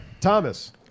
Thomas